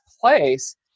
place